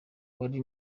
ari